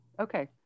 okay